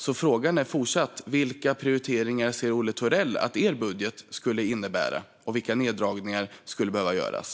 Frågan är alltså fortsatt vilka prioriteringar Olle Thorell ser att Socialdemokraternas budget skulle innebära och vilka neddragningar som skulle behöva göras.